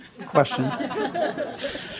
question